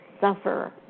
suffer